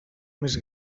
més